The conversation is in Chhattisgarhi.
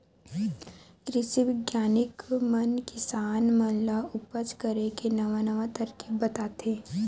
कृषि बिग्यानिक मन किसान मन ल उपज करे के नवा नवा तरकीब बताथे